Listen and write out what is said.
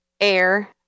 air